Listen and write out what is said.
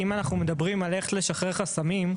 אם אנחנו מדברים על לשחרר חסמים,